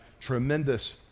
tremendous